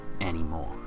anymore